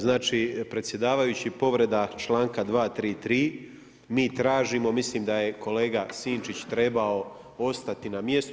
Znači predsjedavajući povreda članka 233. mi tražimo mislim da je kolega Sinčić trebao ostati na mjestu.